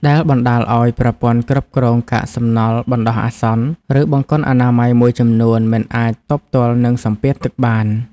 ដែលបណ្តាលឱ្យប្រព័ន្ធគ្រប់គ្រងកាកសំណល់បណ្តោះអាសន្ន ឬបង្គន់អនាម័យមួយចំនួន មិនអាចទប់ទល់នឹងសម្ពាធទឹកបាន។